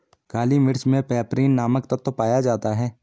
काली मिर्च मे पैपरीन नामक तत्व पाया जाता है